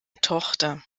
tochter